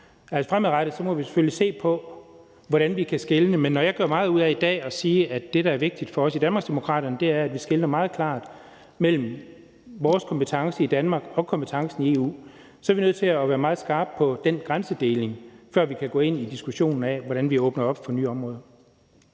Fremadrettet må vi selvfølgelig se på, hvordan vi kan skelne. Men når jeg i dag gør meget ud af at sige, at det, der er vigtigt for os i Danmarksdemokraterne, er, at vi skelner meget klart mellem vores kompetence i Danmark og kompetencen i EU, så er vi nødt til at være meget skarpe på den grænsedeling, før vi kan gå ind i diskussionen om, hvordan vi åbner op for nye områder.